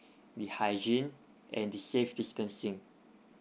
the hygiene and the safe distancing